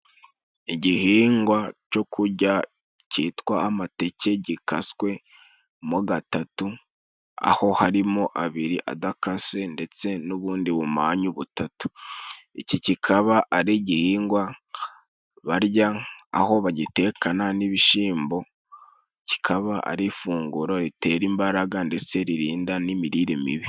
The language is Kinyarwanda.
Igihingwa cyo kujya cyitwa amateke gikaswemo gatatu, aho harimo abiri adakase ndetse n'ubundi bumanyu butatu. Iki kikaba ari igihingwa barya aho bagitekana n'ibishimbo, kikaba ari ifunguro ritera imbaraga ndetse ririnda n'imirire mibi.